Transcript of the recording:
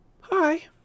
Hi